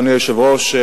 אדוני היושב-ראש,